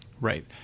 Right